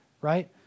right